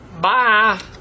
Bye